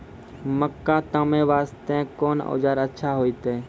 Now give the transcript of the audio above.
मक्का तामे वास्ते कोंन औजार अच्छा होइतै?